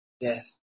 death